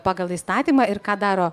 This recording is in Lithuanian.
pagal įstatymą ir ką daro